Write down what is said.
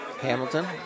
Hamilton